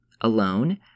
alone